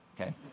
okay